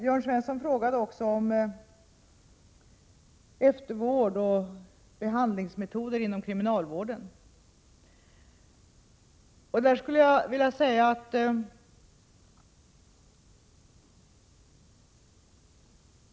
Jörn Svensson frågar också om eftervård och behandlingsmetoder inom kriminalvården.